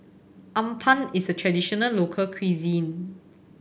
appam is a traditional local cuisine